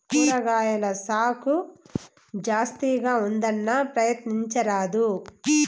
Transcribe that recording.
కూరగాయల సాగు జాస్తిగా ఉంటుందన్నా, ప్రయత్నించరాదూ